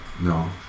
no